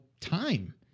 time